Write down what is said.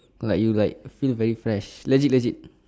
like you like feel very fresh legit legit